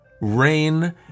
Rain